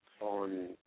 on